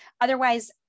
Otherwise